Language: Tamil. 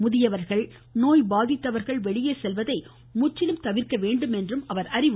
முதியவர்கள் நோய் பாதித்தவர்கள் வெளியே செல்வதை முற்றிலும் தவிர்க்க வேண்டுமென்றும் அவர் கூறினார்